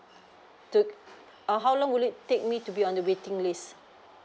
to err how long will it take me to be on the waiting list